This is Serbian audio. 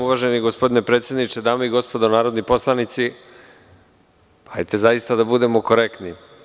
Uvaženi gospodine predsedniče, dame i gospodo narodni poslanici, hajte zaista da budemo korektni.